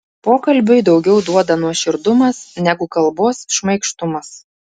pokalbiui daugiau duoda nuoširdumas negu kalbos šmaikštumas